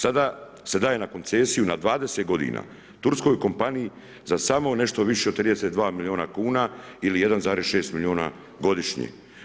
Sada se daje na koncesiju na 20 godina turskoj kompaniji za samo nešto više od 32 milijuna kuna ili 1,6 milijuna godišnje.